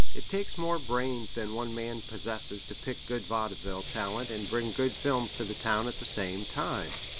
it takes more brains than one man possesses to pick good vaudeville talent and bring good films to the town at the same time.